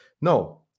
no